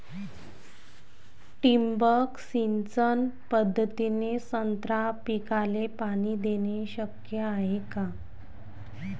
ठिबक सिंचन पद्धतीने संत्रा पिकाले पाणी देणे शक्य हाये का?